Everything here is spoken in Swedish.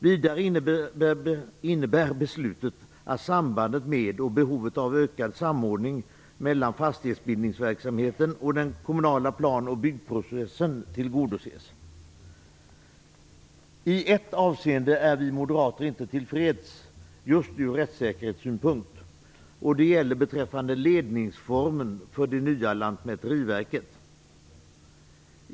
Vidare innebär beslutet att sambandet med och behovet av ökad samordning mellan fastighetsbildningsverksamheten och den kommunala plan och byggprocessen tillgodoses. I ett avseende är vi moderater inte till freds just ur rättssäkerhetssynpunkt. Det gäller beträffande ledningsformen för det nya Lantmäteriverket.